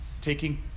taking